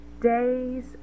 days